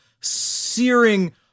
searing